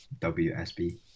WSB